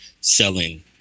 selling